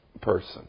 person